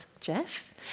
Jeff